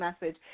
message